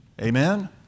Amen